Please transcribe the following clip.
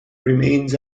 remains